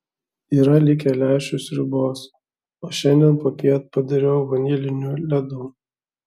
yra likę lęšių sriubos o šiandien popiet padariau vanilinių ledų